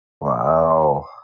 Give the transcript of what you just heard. Wow